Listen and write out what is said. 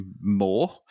more